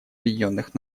объединенных